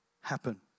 happen